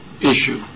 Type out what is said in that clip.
issue